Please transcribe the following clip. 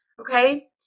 Okay